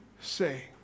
say